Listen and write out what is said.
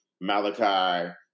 Malachi